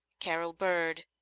carol bird.